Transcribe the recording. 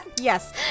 Yes